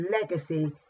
legacy